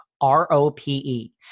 R-O-P-E